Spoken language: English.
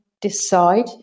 decide